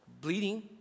Bleeding